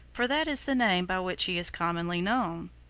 for that is the name by which he is commonly known.